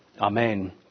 Amen